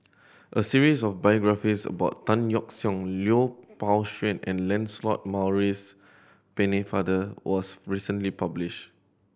a series of biographies about Tan Yeok Seong Lui Pao Chuen and Lancelot Maurice Pennefather was recently published